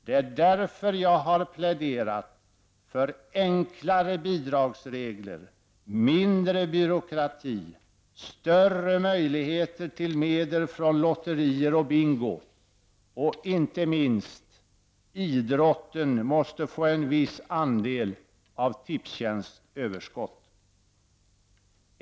Det är därför jag har pläderat för enklare bidragsregler, mindre byråkrati och större möjligheter till medel från lotterier och bingo. Inte minst viktigt är att idrotten får en viss andel av överskottet från Tipstjänst.